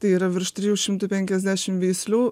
tai yra virš trijų šimtų penkiasdešim veislių